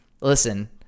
listen